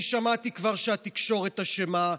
אני שמעתי כבר שהתקשורת אשמה,